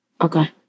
Okay